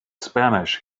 spanish